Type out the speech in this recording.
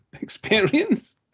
Experience